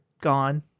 gone